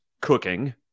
cooking